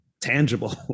tangible